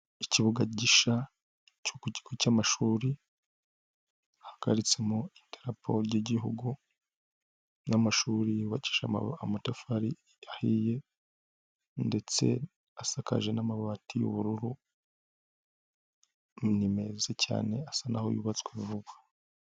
Ikibuga gishya cyo ku kigo cy'amashuri hahagaritsemo idarapo ry'igihugu n'amashuri yubakisha ama amatafari ahiye ndetse asakaje n'amabati y'ubururu, ni meza cyane asa naho yubatswe vuba.